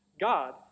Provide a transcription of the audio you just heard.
God